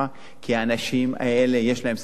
כי האנשים האלה יש להם סמכויות,